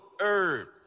Herb